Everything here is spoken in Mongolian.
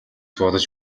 бодож